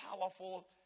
powerful